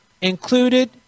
included